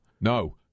no